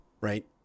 right